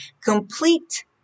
complete